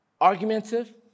argumentative